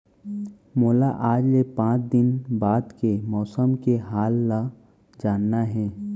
मोला आज ले पाँच दिन बाद के मौसम के हाल ल जानना हे?